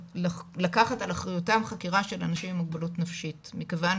לקחת על אחריותם חקירה של אנשים מוגבלות נפשית מכיוון